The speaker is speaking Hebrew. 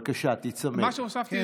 בבקשה תיצמד.